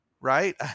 Right